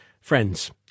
friends